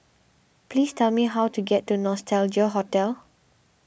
please tell me how to get to Nostalgia Hotel